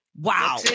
Wow